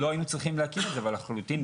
אבל לחלוטין,